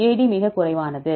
AD மிகக் குறைவானது